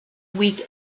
week